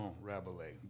Rabelais